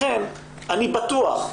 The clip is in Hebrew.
לכן, אני בטוח,